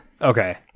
Okay